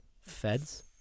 Feds